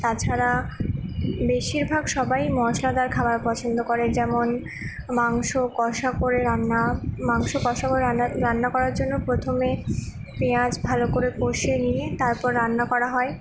তাছাড়া বেশিরভাগ সবাই মশলাদার খাবার পছন্দ করে যেমন মাংস কষা করে রান্না মাংস কষা করে রান্না রান্না করার জন্য প্রথমে পেঁয়াজ ভালো করে কষে নিয়ে তারপর রান্না করা হয়